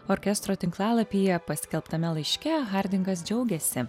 orkestro tinklalapyje paskelbtame laiške hardingas džiaugėsi